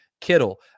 Kittle